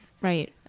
Right